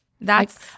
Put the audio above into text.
that's-